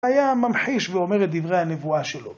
היה ממחיש ואומר את דברי הנבואה שלו.